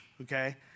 okay